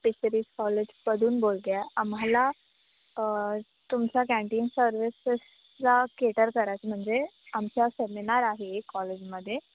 fisheries कॉलेजमधून बोलत आहे आम्हाला तुमचा कॅन्टीन सर्विसेसचा केटर करायचं म्हणजे आमच्या सेमिनार आहे कॉलेजमध्ये